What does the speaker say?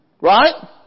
Right